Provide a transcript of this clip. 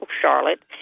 Charlotte—